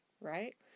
Right